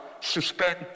suspend